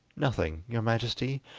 nothing, your majesty,